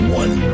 one